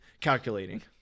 calculating